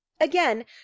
again